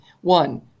one